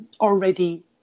already